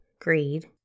greed